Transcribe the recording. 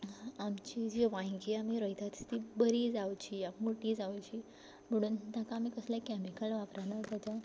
आमचीं जीं वायंगीं आमी रोयतात तीं बरीं जावचीं या मोटी जावचीं म्हुणून ताका आमी कसलें कॅमिकल वापरना ताच्या